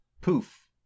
Poof